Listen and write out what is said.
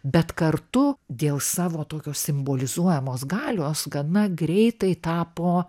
bet kartu dėl savo tokios simbolizuojamos galios gana greitai tapo